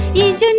each and